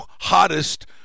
hottest